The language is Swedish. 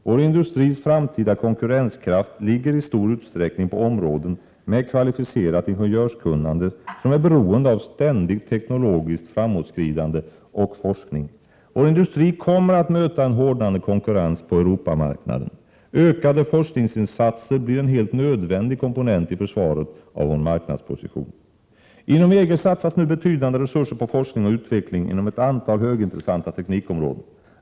Vår industris framtida konkurrenskraft ligger i stor utsträckning på områden med kvalificerat ingenjörskunnande, som är beroende av ständigt teknologiskt framåtskridande och forskning. Vår industri kommer att möta en hårdnande konkurrens på Europamarknaden. Ökade forskningsinsatser blir en helt nödvändig komponent i försvaret av vår marknadsposition. Inom EG satsas nu betydande resurser på forskning och utveckling inom ett antal högintressanta teknikområden.